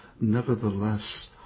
nevertheless